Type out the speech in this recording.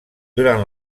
durant